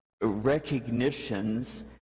recognitions